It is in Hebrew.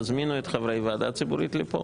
תזמינו את חברי הוועדה הציבורית לפה.